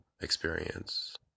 experience